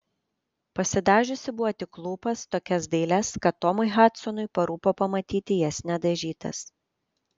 pasidažiusi buvo tik lūpas tokias dailias kad tomui hadsonui parūpo pamatyti jas nedažytas